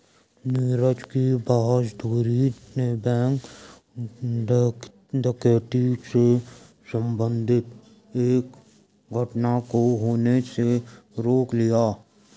नीरज की बहादूरी ने बैंक डकैती से संबंधित एक घटना को होने से रोक लिया